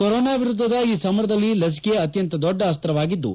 corona ವಿರುದ್ದದ ಈ ಸಮರದಲ್ಲಿ ಲಸಿಕೆ ಅತ್ತಂತ ದೊಡ್ಡ ಅಸ್ತವಾಗಿದ್ದು